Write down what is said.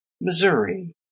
Missouri